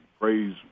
praise